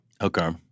Okay